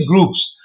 groups